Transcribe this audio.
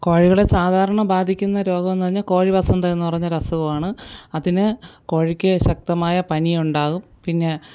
കോഴികളെ സാധാരണ ബാധിക്കുന്ന രോഗമെന്ന് പറഞ്ഞാൽ കോഴി വസന്ത എന്ന് പറയുന്ന ഒരു അസുഖമാണ് അതിന് കോഴിക്ക് ശക്തമായ പനി ഉണ്ടാകും പിന്നെ